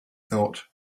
thought